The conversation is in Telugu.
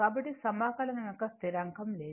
కాబట్టి సమాకలనం యొక్క స్థిరాంకం లేదు